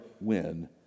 win